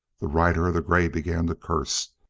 the rider of the gray began to curse.